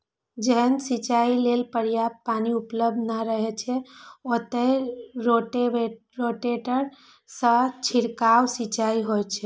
जतय सिंचाइ लेल पर्याप्त पानि उपलब्ध नै रहै छै, ओतय रोटेटर सं छिड़काव सिंचाइ होइ छै